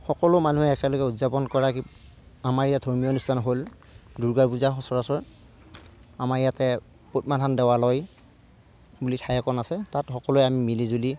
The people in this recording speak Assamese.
সকলো মানুহে একেলগে উদযাপন কৰা আমাৰ ইয়াত ধৰ্মীয় অনুষ্ঠান হ'ল দুৰ্গা পূজা সচৰাচৰ আমাৰ ইয়াতে পদ্মাথান দেৱালয় বুলি ঠাই অকণ আছে তাত সকলোৱে আমি মিলিজুলি